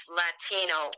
latino